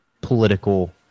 political